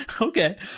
Okay